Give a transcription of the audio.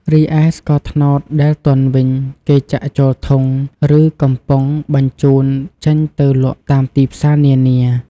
រីឯស្ករត្នោតដែលទន់វិញ គេចាក់ចូលធុង ឬ កំប៉ុងបញ្ចូនចេញទៅលក់តាមទីផ្សារនានា។